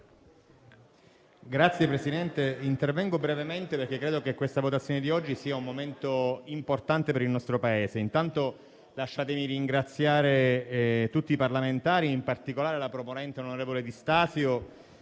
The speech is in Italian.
Signora Presidente, intervengo brevemente, perché credo che questa votazione di oggi sia un momento importante per il nostro Paese. Lasciatemi anzitutto ringraziare tutti i parlamentari, in particolare la proponente, onorevole Di Stasio,